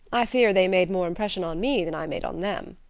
i fear they made more impression on me than i made on them.